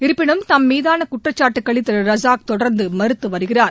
இருப்பினும் தம் மீதான குற்றச்சாட்டுக்களை திரு ரஜாக் தொடர்ந்து மறுத்து வருகிறார்